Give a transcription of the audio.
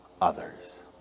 others